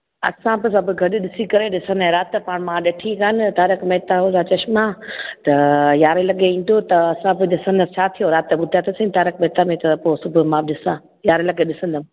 असां त सभु गॾु ॾिसी करे ॾिसंदा राति त पाण मां ॾिठी कानि तारक मेहता जा चश्मा त यारहें लॻे ईंदो त असां पोइ ॾिसंदा छा थियो राति ॿुधाए त सही तारक मेहता में पोइ सुबुहु मां ॾिसां यारहें लॻे ॾिसंदमि